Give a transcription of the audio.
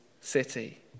city